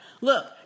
look